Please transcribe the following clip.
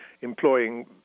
employing